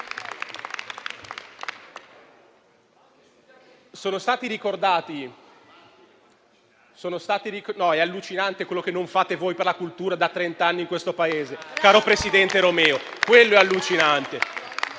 *Commenti)*. No, è allucinante quello che non fate voi per la cultura da trent'anni in questo Paese, caro presidente Romeo, quello è allucinante.